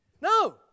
No